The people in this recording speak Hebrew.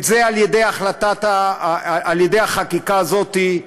את זה, על ידי החקיקה הזאת,